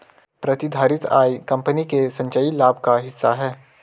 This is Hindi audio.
प्रतिधारित आय कंपनी के संचयी लाभ का हिस्सा है